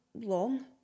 long